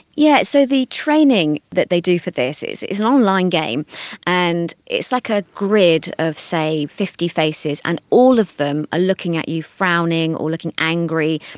yeah so the training that they do for this is an online game and it's like a grid of, say, fifty faces, and all of them are looking at you frowning or looking angry,